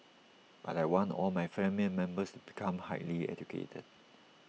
but I want all my family members to become highly educated